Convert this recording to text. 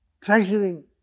treasuring